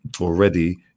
already